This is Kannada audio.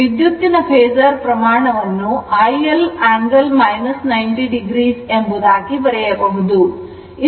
iL ವಿದ್ಯುತ್ತಿನ ಫೇಸರ್ ಪ್ರಮಾಣವನ್ನು iL angle 90 oಎಂಬುದಾಗಿ ಬರೆಯಬಹುದು